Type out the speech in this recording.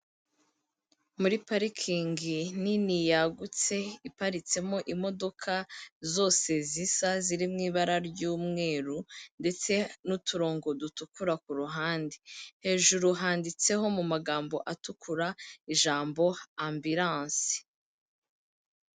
Muri parikingi nini yagutse iparitsemo imodoka zose zisa ziri mu ibara ry'umweru, ndetse n'uturongo dutukura ku ruhande. Hejuru handitseho mu magambo atukura ijambo Ambilanse.